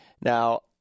Now